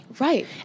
Right